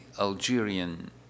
Algerian